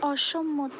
অসম্মতি